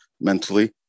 mentally